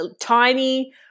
tiny